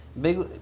big